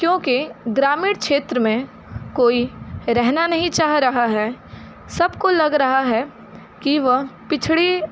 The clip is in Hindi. क्योंकि ग्रामीण क्षेत्र में कोई रहना नहीं चाह रहा है सबको लग रहा है कि वह पिछड़ी